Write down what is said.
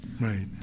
Right